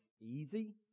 easy